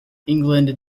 england